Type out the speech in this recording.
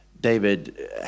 David